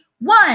One